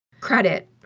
credit